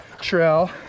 Trail